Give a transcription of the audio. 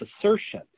assertion